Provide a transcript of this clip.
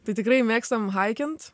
tai tikrai mėgstam haikint